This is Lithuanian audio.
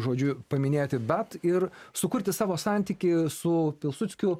žodžiu paminėti bet ir sukurti savo santykį su pilsudskiu